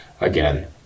again